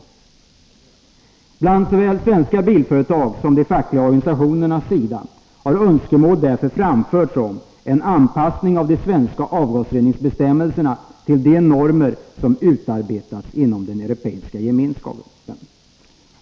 länder vidtar motåtgärder gentemot de sv Från såväl svenska bilföretags som de fackliga organisationernas sida har önskemål framförts om en anpassning av de svenska avgasreningsbestämmelserna till de normer som utarbetats inom Europeiska gemenskapen.